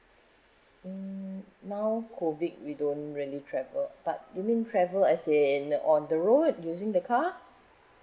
mm now COVID we don't really travel but you mean travel as in on the road using the car